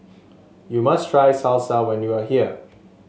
you must try Salsa when you are here